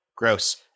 gross